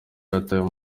yatawe